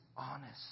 honest